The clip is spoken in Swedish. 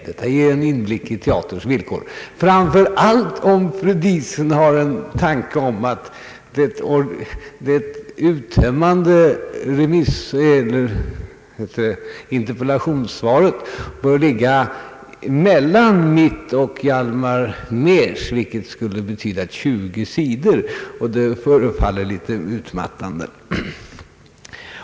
Detta ger en inblick i teaterns villkor, framför allt om fru Diesen anser att ett uttömmande interpellationssvar bör ligga mellan mitt och Hjalmar Mehrs, vilket skulle betyda cirka 20 sidor, och det förefaller mig något utmattande.